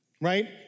right